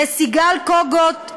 לסיגל קוגוט,